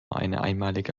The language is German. einmalige